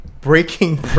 breaking